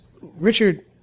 Richard